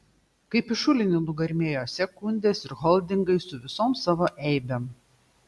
kaip į šulinį nugarmėjo sekundės ir holdingai su visom savo eibėm